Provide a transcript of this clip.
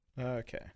okay